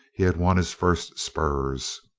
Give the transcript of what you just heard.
he had won his first spurs.